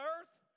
earth